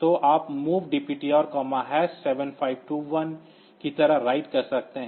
तो आप MOV DPTR7521 की तरह राइट कर सकते हैं